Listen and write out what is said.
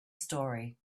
story